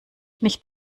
nicht